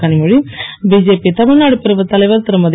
Kanimozhi BJP Tamil Nadu பிரிவு தலைவர் திருமதி